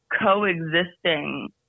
coexisting